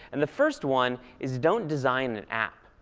and the first one is don't design an app.